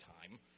time